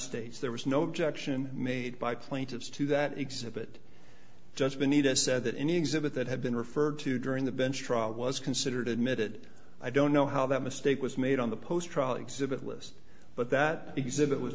states there was no objection made by plaintiff's to that exhibit just the need i said that any exhibit that had been referred to during the bench trial was considered admitted i don't know how that mistake was made on the post trial exhibit list but that exhibit was